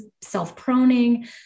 self-proning